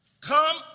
come